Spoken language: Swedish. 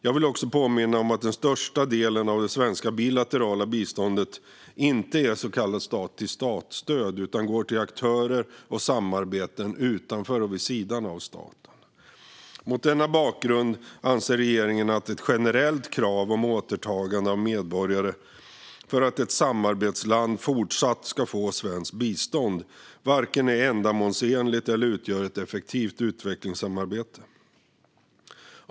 Jag vill också påminna om att den största delen av det svenska bilaterala biståndet inte är så kallat stat-till-stat-stöd utan går till aktörer och samarbeten utanför staten. Mot denna bakgrund anser regeringen att ett generellt krav om återtagande av medborgare för att ett samarbetsland fortsatt ska få svenskt bistånd varken är ändamålsenligt eller utgör ett effektivt utvecklingssamarbete.